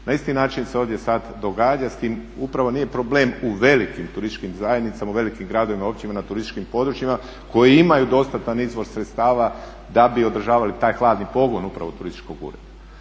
Na isti način se ovdje sad događa s tim upravo nije problem u velikim turističkim zajednicama, u velikim gradovima, općinama, turističkim područjima koji imaju dostatan izvor sredstava da bi održavali taj hladni pogon upravo turističkog ureda.